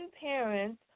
parents